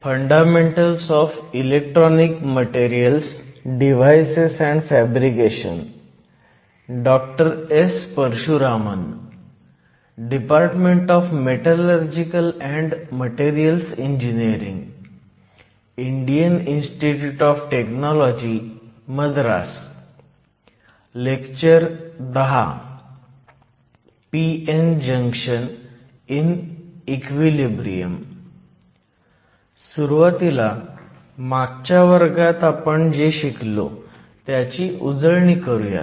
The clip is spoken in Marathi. सुरुवातीला मागच्या वर्गात आपण जे शिकलो त्याची उजळणी करूयात